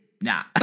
Nah